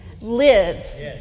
lives